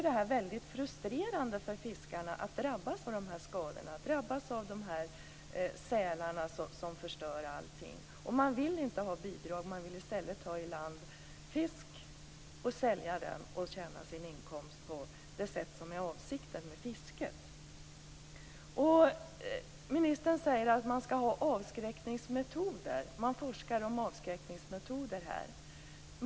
Det är väldigt frustrerande för fiskarna att drabbas av de här skadorna, av sälarna som förstör allting. Man vill inte ha bidrag, man vill i stället ta i land fisk, sälja den och tjäna sin inkomst på det sätt som är avsikten med fisket. Ministern säger att man forskar om avskräckningsmetoder.